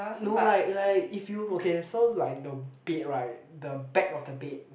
no like like if you okay so like the bed right the back of the bed